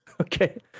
Okay